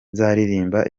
nzaririmba